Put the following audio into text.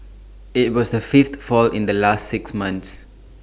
IT was the fifth fall in the last six months